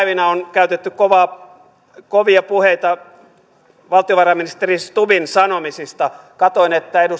käytetty kovia puheita valtiovarainministeri stubbin sanomisista katsoin että edustaja alanko kahiluoto puhui